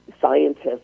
scientists